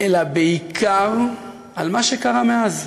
אלא בעיקר על מה שקרה מאז.